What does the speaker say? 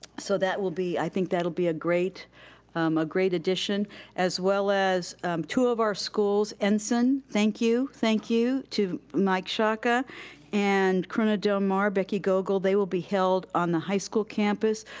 so that will be, i think that'll be a great a great addition as well as two of our schools, ensign, thank you, thank you to mike shaka and corona del mar, becky gogul, they will be held on the high school campus,